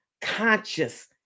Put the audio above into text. conscious